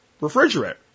refrigerator